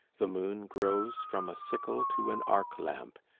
the moon grows from a sickle to an arc lamp,